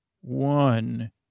one